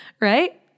right